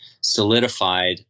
solidified